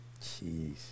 Jeez